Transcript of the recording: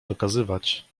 dokazywać